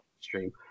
stream